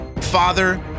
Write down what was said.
father